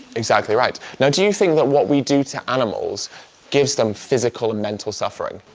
exactly right. now do you think that what we do to animals gives them physical and mental suffering?